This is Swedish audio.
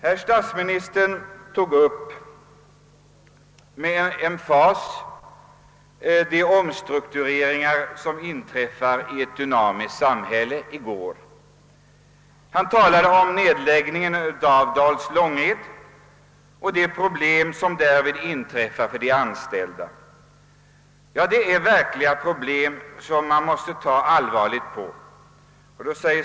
Herr statsministern tog under gårdagens debatt med emfas upp de omstruktureringar som inträffar i ett dynamiskt samhälle. Han talade om nedläggningen i Dals Långed och de problem som därvid inträffar för de anställda. Och det är verkliga problem som vi måste ta allvarligt på.